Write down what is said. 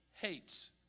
hates